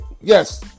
Yes